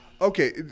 Okay